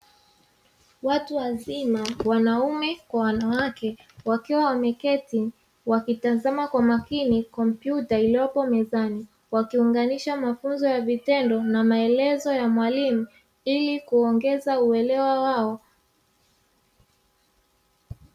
Watu wazima wanaume kwa wanawake wakiwa wameketi wakitazama kwa makini kompyuta iliyopo mezani, wakiunganisha mafunzo ya vitendo na maelezo ya mwalimu, ili kuongeza uelewa wao.